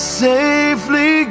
safely